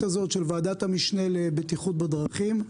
הזאת של ועדת המשנה לבטיחות בדרכים.